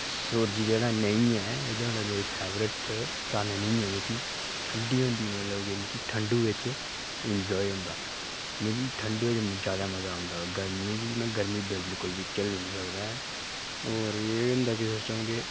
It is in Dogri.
सूरज जेह्ड़ा नेईं ऐ एह्दा मतलब मेरी फेवरेट चाननी ऐ जेह्की ठंडी होंदी मतलब के मिगी ठंड बिच इन्जाय होंदा मिगी ठंड च जैदा मजा औंदा गर्मियें च में गर्मी बिल्कुल बी झल्ली नेईं सकदा आं होर एह् होंदा कि सिस्टम कि